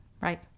Right